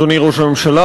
אדוני ראש הממשלה,